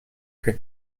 che